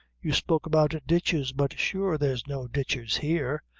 you spoke about ditches, but sure there's no ditches here.